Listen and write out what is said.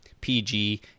PG